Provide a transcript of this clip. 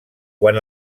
quan